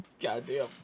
Goddamn